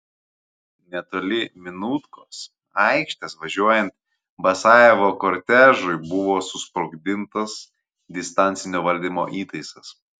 netoli minutkos aikštės važiuojant basajevo kortežui buvo susprogdintas distancinio valdymo įtaisas